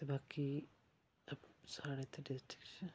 ते बाकी साढ़ै इत्थै डिस्ट्रिक्ट च